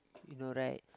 you know right